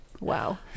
Wow